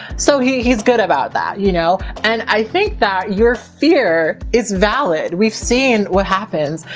so he, he's good about that, you know? and i think that your fear is valid. we've seen what happens.